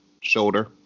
Shoulder